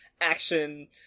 action